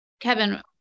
Kevin